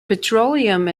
petroleum